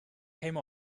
came